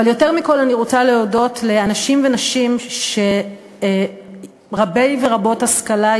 אבל יותר מכול אני רוצה להודות לאנשים ונשים רבי ורבות השכלה,